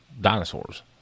dinosaurs